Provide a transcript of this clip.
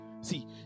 See